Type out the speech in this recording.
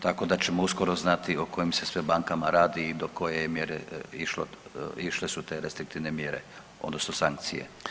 Tako da ćemo uskoro znati o kojim se sve bankama radi i do koje mjere su išle te restriktivne mjere, odnosno sankcije.